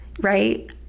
right